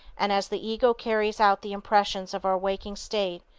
and as the ego carries out the impressions of our waking state,